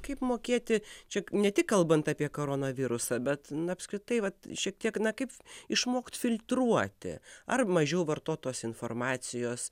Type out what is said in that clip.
kaip mokėti čia ne tik kalbant apie koronavirusą bet na apskritai vat šiek tiek na kaip išmokt filtruoti ar mažiau vartot tos informacijos